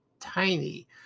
tiny